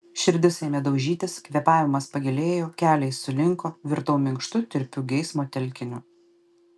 širdis ėmė daužytis kvėpavimas pagilėjo keliai sulinko virtau minkštu tirpiu geismo telkiniu